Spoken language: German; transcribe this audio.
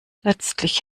letztlich